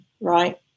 right